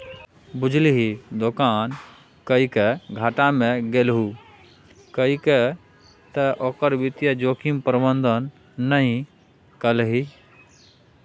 बुझलही दोकान किएक घाटा मे गेलहु किएक तए ओकर वित्तीय जोखिम प्रबंधन नहि केलही